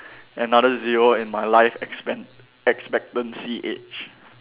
another zero in my life expen~ expectancy age